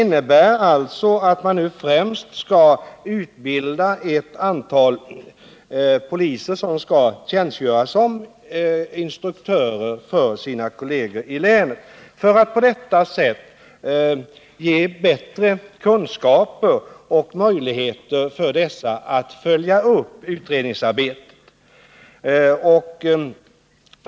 Man avser nu främst att utbilda ett antal poliser, som skall tjänstgöra som instruktörer för sina kolleger i länen för att på detta sätt ge dessa bättre kunskaper och möjligheter att följa upp utredningsarbetet.